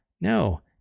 No